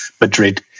Madrid